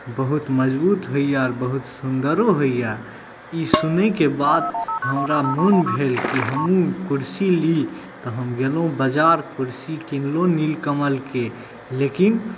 बहुत मजबूत होइए बहुत सुन्दरो होइए ई सुनयके बाद हमरा मोन भेल कि हमहूँ कुर्सी ली तऽ हम गेलहुँ बाजार कुर्सी किनलहुँ नीलकमलकेँ लेकिन